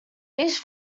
each